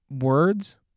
words